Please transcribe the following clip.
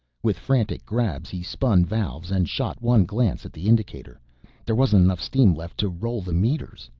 with frantic grabs he spun valves and shot one glance at the indicator there wasn't enough steam left to roll the meters.